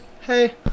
Hey